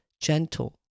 gentle